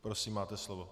Prosím, máte slovo.